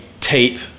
tape